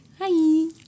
Hi